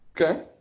Okay